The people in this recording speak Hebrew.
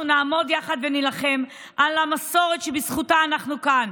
אנחנו נעמוד יחד ונילחם על המסורת שבזכותה אנחנו כאן,